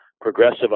progressive